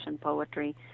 poetry